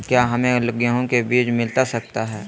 क्या हमे गेंहू के बीज मिलता सकता है?